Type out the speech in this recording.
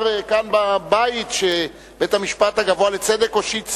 כאן בבית שבית-המשפט הגבוה לצדק הושיט סעד,